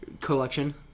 collection